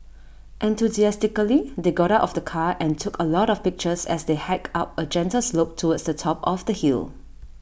enthusiastically they got out of the car and took A lot of pictures as they hiked up A gentle slope towards the top of the hill